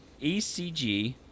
ECG